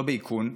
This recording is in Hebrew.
לא באיכון.